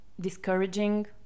discouraging